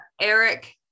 Eric